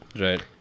Right